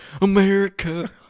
America